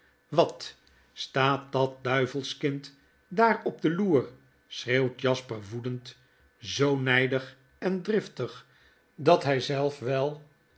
wat staat dat duivelskind daar op de loerl schreeuwt jasper woedend zoo nydig en driftig dat hy zelf wel